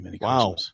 Wow